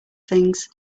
things